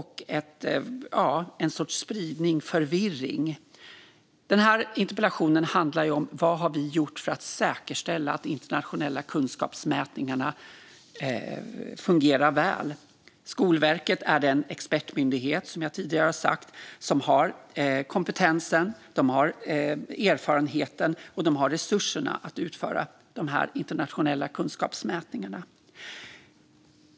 Det är en sorts spridning och förvirring. Den här interpellationen handlar vidare om vad vi har gjort för att säkerställa att internationella kunskapsmätningar fungerar väl. Skolverket är den expertmyndighet, som jag tidigare har sagt, som har kompetensen, erfarenheten och resurserna att utföra de internationella kunskapsmätningarna.